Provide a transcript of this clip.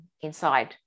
inside